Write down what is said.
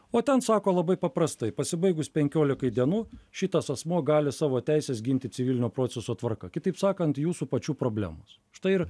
o ten sako labai paprastai pasibaigus penkiolikai dienų šitas asmuo gali savo teises ginti civilinio proceso tvarka kitaip sakant jūsų pačių problemos štai ir